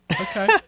Okay